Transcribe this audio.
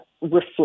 reflect